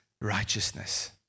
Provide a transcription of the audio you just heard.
righteousness